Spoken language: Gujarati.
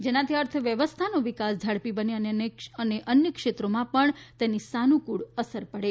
જેનાથી અર્થવ્યવસ્થાનો વિકાસ ઝડપી બને અને અન્ય ક્ષેત્રોમાં પણ તેની સાનુકળ અસર પડે